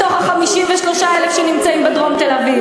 מתוך ה-53,000 שנמצאים בדרום תל-אביב?